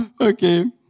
Okay